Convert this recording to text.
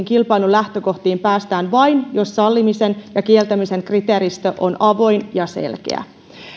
kilpailun lähtökohtiin päästään vain jos sallimisen ja kieltämisen kriteeristö on avoin ja selkeä